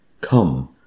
Come